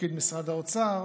תפקיד משרד האוצר